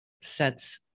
sets